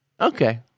Okay